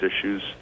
issues